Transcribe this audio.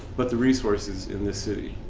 but the resources in this city.